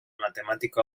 matemático